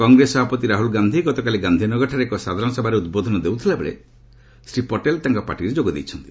କଂଗ୍ରେସ ସଭାପତି ରାହୁଲ ଗାନ୍ଧି ଗତକାଲି ଗାନ୍ଧିନଗରଠାରେ ଏକ ସାଧାରଣ ସଭାରେ ଉଦ୍ବୋଧନ ଦେଉଥିଲା ବେଳେ ଶ୍ରୀ ପଟେଲ୍ ତାଙ୍କ ପାର୍ଟିରେ ଯୋଗ ଦେଇଛନ୍ତି